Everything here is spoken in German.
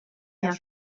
jahr